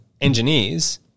engineers